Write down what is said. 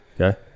Okay